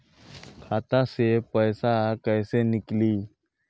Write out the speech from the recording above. खाता से पैसा कैसे नीकली?